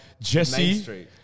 Jesse